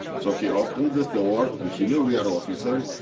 so he open the door, and he knew we are officer.